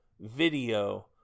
video